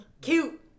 Cute